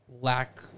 lack